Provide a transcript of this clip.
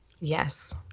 Yes